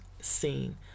scene